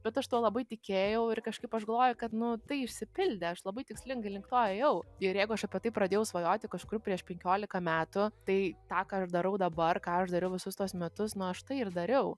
bet aš tuo labai tikėjau ir kažkaip aš galvoju kad nu tai išsipildė aš labai tikslingai link to ėjau ir jeigu aš apie tai pradėjau svajoti kažkur prieš penkiolika metų tai tą ką aš darau dabar ką aš dariau visus tuos metus nu aš tai ir dariau